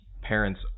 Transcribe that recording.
parents